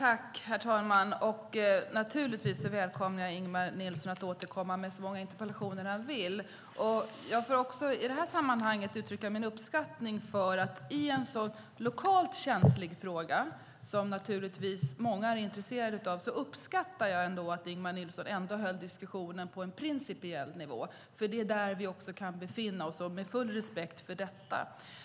Herr talman! Naturligtvis välkomnar jag Ingemar Nilsson att återkomma med så många interpellationer han vill. Jag får också i det här sammanhanget uttrycka min uppskattning över att Ingemar Nilsson ändå höll diskussionen på en principiell nivå i en så lokalt känslig fråga som naturligtvis många är intresserade av. Med full respekt för detta är det där vi kan befinna oss.